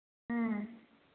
ꯎꯝ